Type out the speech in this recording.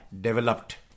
developed